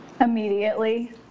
Immediately